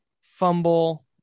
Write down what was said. fumble